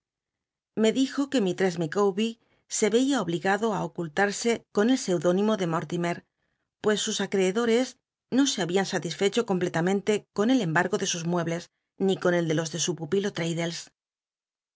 me dijo que mr il'iicawber se veía obligado á ocullarse con el seudónimo de morlimet pues sus acreedores no se habían satisfecho completamente con el emba rgo de sus muebles ni con el de los de su pupilo